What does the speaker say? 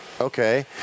Okay